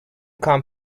come